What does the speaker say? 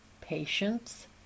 patience